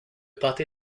pâté